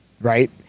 right